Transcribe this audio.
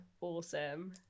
awesome